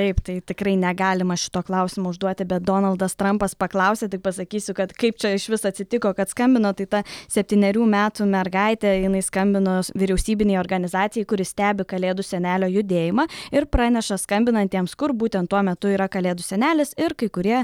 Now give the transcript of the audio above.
taip tai tikrai negalima šito klausimo užduoti bet donaldas trampas paklausė tai pasakysiu kad kaip čia išvis atsitiko kad skambino tai ta septynerių metų mergaitė jinai skambino vyriausybinei organizacijai kuri stebi kalėdų senelio judėjimą ir praneša skambinantiems kur būtent tuo metu yra kalėdų senelis ir kai kurie